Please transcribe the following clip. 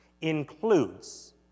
includes